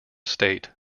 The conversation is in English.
state